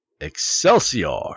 Excelsior